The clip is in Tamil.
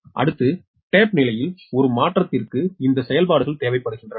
அடுத்து டேப் நிலையில் ஒரு மாற்றத்திற்கு இந்த செயல்பாடுகள் தேவைப்படுகின்றன